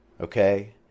Okay